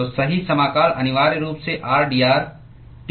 तो सही समाकल अनिवार्य रूप से rdr T गुना rdr है